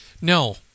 No